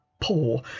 poor